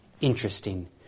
interesting